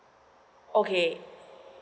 okay